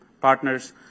partners